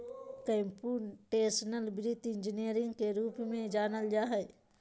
computational वित्त engineering के रूप में जानल जा हइ